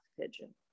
pigeon